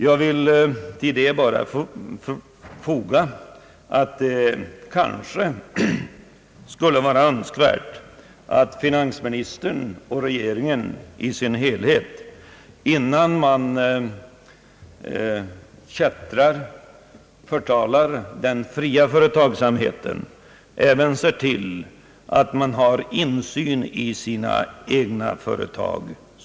Låt mig bara tillfoga att det kanske skulle vara önskvärt att finansministern och regeringen i sin helhet, innan man förtalar den fria företagsamheten, även skaffar sig insyn i statens egna företag.